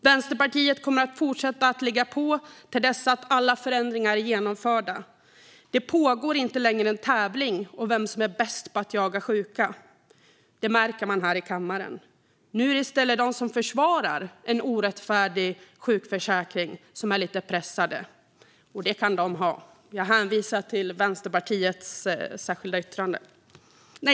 Vänsterpartiet kommer att fortsätta att ligga på till dess att alla förändringar är genomförda. Det pågår inte längre en tävling om vem som är bäst på att jaga sjuka; det märker man här i kammaren. Nu är det i stället de som försvarar en orättfärdig sjukförsäkring som är lite pressade. Och det kan de ha!